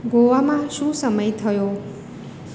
ગોવામાં શું સમય થયો